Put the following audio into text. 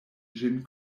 ĝin